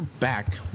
Back